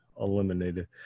eliminated